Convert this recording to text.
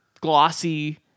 glossy